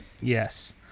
Yes